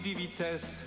vitesse